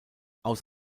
aus